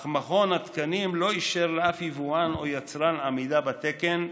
אך מכון התקנים לא אישר לאף יבואן או יצרן עמידה בתקן,